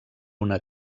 una